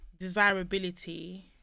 desirability